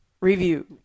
review